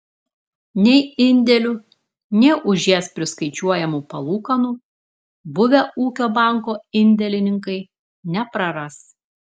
nei indėlių nei už jas priskaičiuojamų palūkanų buvę ūkio banko indėlininkai nepraras